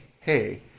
Hey